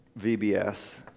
VBS